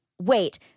Wait